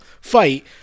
fight